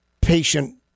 patient